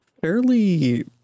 fairly